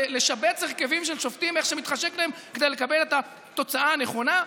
לשבץ הרכבים של שופטים איך שמתחשק להם כדי לקבל את התוצאה הנכונה?